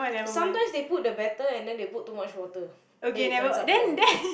sometimes they put the batter and then they put too much water then it turns out bland